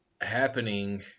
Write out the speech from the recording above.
happening